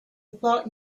thought